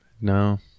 No